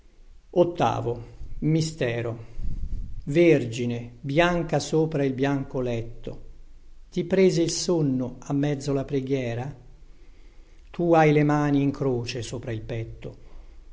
niente vergine bianca sopra il bianco letto ti prese il sonno a mezzo la preghiera tu hai le mani in croce sopra il petto